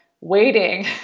waiting